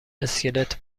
اسکلت